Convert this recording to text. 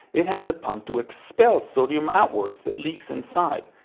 it has a pump to expel sodium outwards that leaks inside.